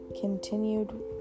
continued